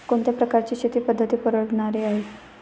कोणत्या प्रकारची शेती पद्धत परवडणारी आहे?